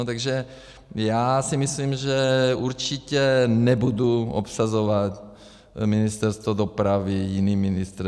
Takže si myslím, že určitě nebudu obsazovat Ministerstvo dopravy jiným ministrem.